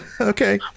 Okay